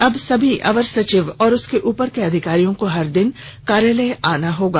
अब सभी अवर सचिव और उसके उपर के अधिकारियों को हर दिन कार्यालय आना होगा